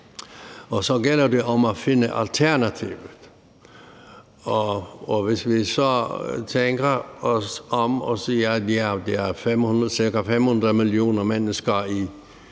og så gælder det om at finde alternativer, og hvis vi så tænker os om og siger, at der cirka er 500 millioner mennesker i